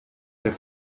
der